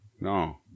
No